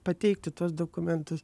pateikti tuos dokumentus